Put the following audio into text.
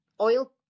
oil